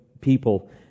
people